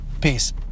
peace